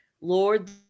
Lord